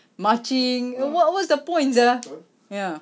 marching wha~ what's the point sia ya